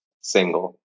single